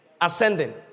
Ascending